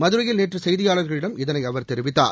மதுரையில் நேற்று செய்தியாளர்களிடம் இதனை அவர் தெரிவித்தார்